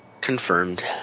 Confirmed